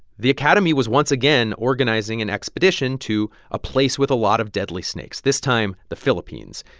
the academy was once again organizing an expedition to a place with a lot of deadly snakes this time, the philippines.